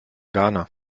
ghana